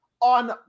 on